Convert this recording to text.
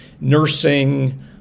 nursing